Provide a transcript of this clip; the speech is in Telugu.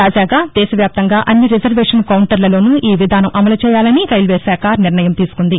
తాజాగా దేశవ్యాప్తంగా అన్ని రిజర్వేషన్ కౌంటర్లలోనే ఈ విధానం అమలు చేయాలని రైల్వే శాఖ నిర్ణయం తీసుకుంది